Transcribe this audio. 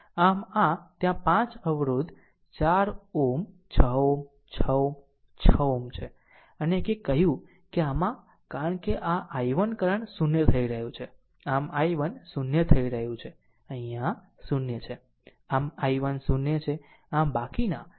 આમ આ ત્યાં 5 અવરોધ 4 Ω 6 Ω 6 Ω 6 Ω છે અને એકે કહ્યું કે આમાં કારણ કે આ i1 કરંટ 0 થઈ રહ્યો છે આમ i1 0 થઈ રહ્યું છે અહિંયા 0 છે